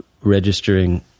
registering